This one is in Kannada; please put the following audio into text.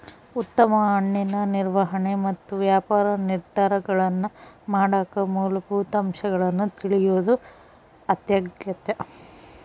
ಉತ್ತಮ ಹಣ್ಣಿನ ನಿರ್ವಹಣೆ ಮತ್ತು ವ್ಯಾಪಾರ ನಿರ್ಧಾರಗಳನ್ನಮಾಡಕ ಮೂಲಭೂತ ಅಂಶಗಳನ್ನು ತಿಳಿಯೋದು ಅತ್ಯಗತ್ಯ